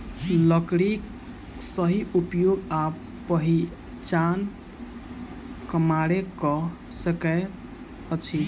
लकड़ीक सही उपयोग आ पहिचान कमारे क सकैत अछि